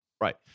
Right